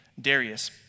Darius